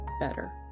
better